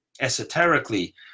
esoterically